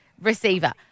receiver